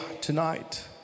tonight